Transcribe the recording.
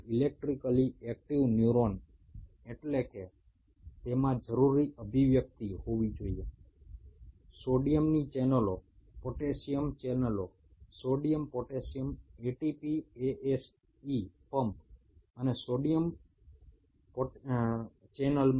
electrically সক্রিয় neuron বলতে বোঝায় এতে প্রয়োজনীয় sodium channel potassium channel sodium potassium ATPase pump প্রভৃতির এক্সপ্রেশন ঘটবে